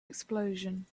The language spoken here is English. explosion